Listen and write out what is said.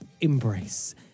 embrace